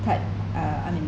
type uh I mean